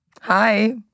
Hi